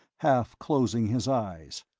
half-closing his eyes.